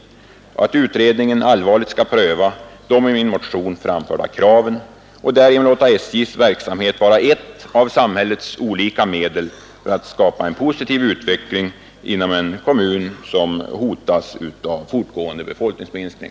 Jag hoppas vidare att utredningen allvarligt skall pröva de i min motion framförda kraven och därigenom låta SJ:s verksamhet vara ett av samhällets olika medel för att skapa en positiv utveckling inom en kommun som hotas av en fortgående befolkningsminskning.